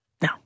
No